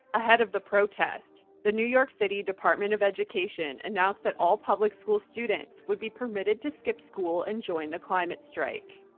ahead of the protest, the new york city department of education announced that all public school students would be permitted to skip school and join the climate strike.